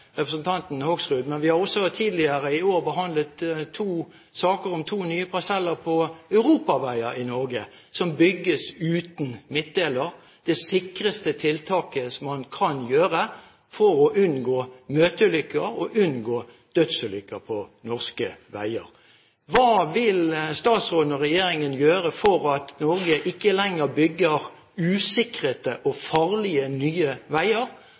representanten Hoksrud; vi har også tidligere i år behandlet to saker om to nye parseller på europaveier i Norge som bygges uten midtdelere, som er det sikreste tiltaket man kan gjøre for å unngå møteulykker og dødsulykker på norske veier. Hva vil statsråden og regjeringen gjøre for at Norge ikke lenger bygger usikrede og farlige nye veier,